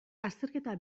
azterketa